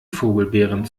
vogelbeeren